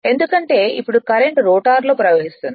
ఎందుకంటే ఇప్పుడు current rotor లో ప్రవహిస్తుంది